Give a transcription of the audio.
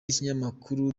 n’ikinyamakuru